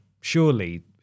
surely